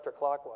counterclockwise